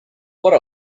what